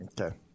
Okay